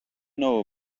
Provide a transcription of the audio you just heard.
know